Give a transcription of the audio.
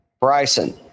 Bryson